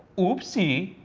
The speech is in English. oopsie.